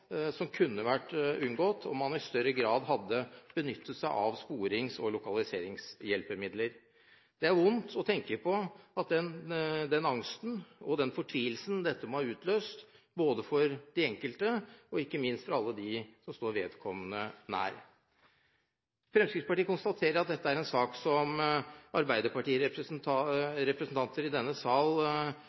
som kunne vært unngått om man i større grad hadde benyttet seg av sporings- og lokaliseringshjelpemidler. Det er vondt å tenke på den angsten og den fortvilelsen dette må ha utløst, både for de enkelte og ikke minst for alle dem som står vedkommende nær. Fremskrittspartiet konstaterer at dette er en sak som arbeiderpartirepresentanter fra denne sal